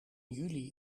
juli